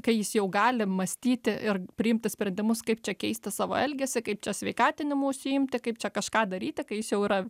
kai jis jau gali mąstyti ir priimti sprendimus kaip čia keisti savo elgesį kaip čia sveikatinimu užsiimti kaip čia kažką daryti kai jis jau yra